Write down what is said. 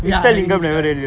ya he he never realise